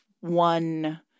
one